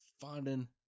finding